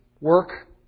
work